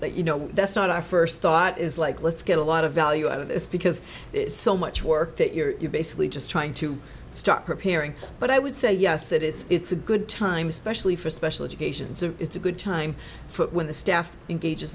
that you know that's not our first thought is like let's get a lot of value out of this because it's so much work that you're basically just trying to start repairing but i would say yes that it's a good time especially for special education so it's a good time when the staff engages